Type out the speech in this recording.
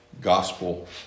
gospel